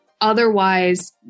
Otherwise